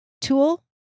tool